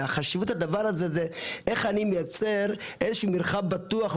אלא חשיבות הדבר הזה היא איך אני מייצר איזה שהוא מרחב בטוח,